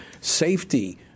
safety